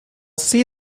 see